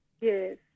Yes